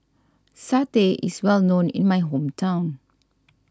Satay is well known in my hometown